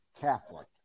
Catholic